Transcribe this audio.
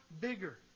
bigger